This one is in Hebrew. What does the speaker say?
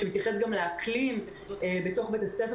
שמתייחס גם לאקלים בתוך בית הספר,